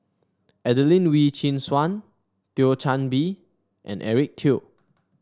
Adelene Wee Chin Suan Thio Chan Bee and Eric Teo